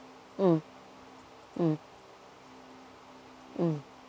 mm mm mm